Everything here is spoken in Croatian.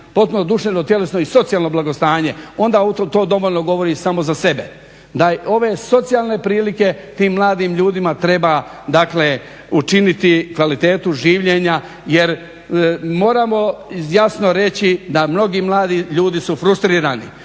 potpuno duševno, tjelesno i socijalno blagostanje onda to dovoljno govori samo za sebe. Da i ove socijalne prilike, tim mladim ljudima treba, dakle učiniti kvalitetu življenja, jer moramo jasno reći da mnogi mladi ljudi su frustrirani,